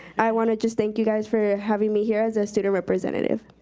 i wanna just thank you guys for having me here as a student representative.